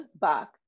back